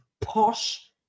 posh